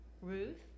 Ruth